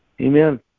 Amen